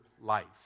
life